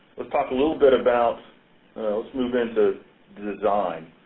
let's talk a little bit about let's move into design.